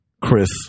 Chris